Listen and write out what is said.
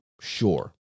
sure